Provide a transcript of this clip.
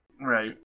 Right